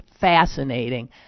fascinating